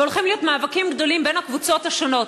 והולכים להיות מאבקים גדולים בין הקבוצות השונות,